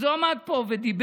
אז הוא עמד פה ודיבר,